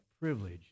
privilege